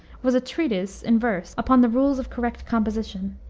was a treatise in verse upon the rules of correct composition,